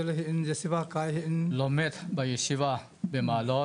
בסמים, הוא לומד בישיבה במעלות,